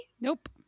Nope